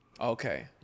Okay